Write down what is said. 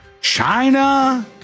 China